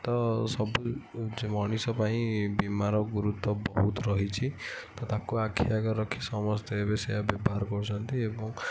ତ ସବୁ ମଣିଷ ପାଇଁ ବୀମାର ଗୁରୁତ୍ୱ ବହୁତ ରହିଛି ତ ତାକୁ ଆଖି ଆଗରେ ରଖି ସମସ୍ତେ ଏବେ ସେୟା ବ୍ୟବହାର କରୁଛନ୍ତି ଏବଂ